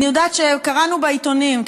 אני יודעת שקראנו בעיתונים,